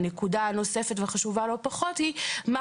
והנקודה הנוספת והחשובה לא פחות היא מה